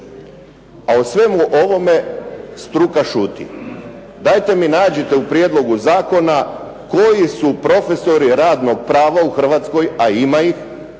A u svemu ovome struka šuti. Dajte mi nađite u prijedlog Zakona koji su profesori radnog prava, a ima ih,